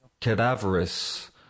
cadaverous